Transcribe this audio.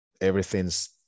everything's